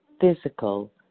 physical